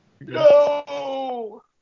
No